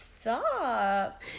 Stop